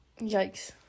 Yikes